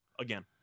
again